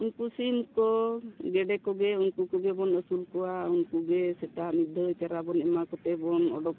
ᱩᱱᱠᱩ ᱥᱤᱢ ᱠᱚ ᱜᱮᱰᱮ ᱠᱚᱜᱮ ᱩᱱᱠᱩ ᱠᱚᱜᱮᱵᱚᱱ ᱟᱹᱥᱩᱞ ᱠᱚᱣᱟ ᱩᱱᱠᱩᱜᱮ ᱥᱮᱛᱟᱜ ᱢᱤᱫ ᱫᱷᱟᱣ ᱪᱟᱨᱟ ᱵᱚᱱ ᱮᱢᱟ ᱠᱚᱛᱮᱵᱚᱱ ᱚᱰᱳᱠ ᱠᱚᱣᱟ